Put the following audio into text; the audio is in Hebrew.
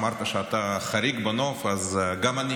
אמרת שאתה חריג בנוף, אז גם אני